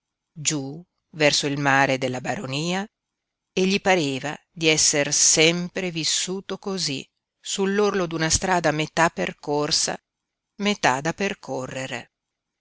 giú verso il mare della baronia e gli pareva di esser sempre vissuto cosí sull'orlo d'una strada metà percorsa metà da percorrere